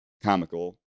comical